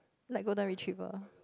like go down really cheaper